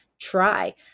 try